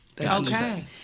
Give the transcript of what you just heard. Okay